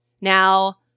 Now